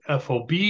FOB